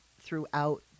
throughout